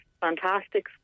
fantastic